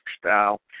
style